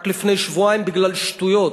רק לפני שבועיים, בגלל שטויות,